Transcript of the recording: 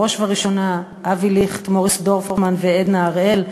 בראש ובראשונה אבי ליכט, מוריס דורפמן ועדנה הראל,